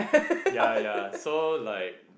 ya ya so like